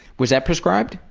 was that prescribed?